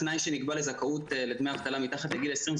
התנאי שנקבע לזכאות לדמי אבטלה מתחת לגיל 20,